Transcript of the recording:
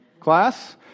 class